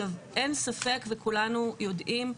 אין ספק וכולנו יודעים,